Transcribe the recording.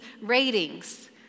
ratings